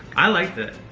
i liked it.